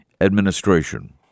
administration